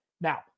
Now